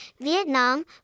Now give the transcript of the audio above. Vietnam